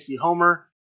Homer